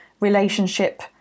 relationship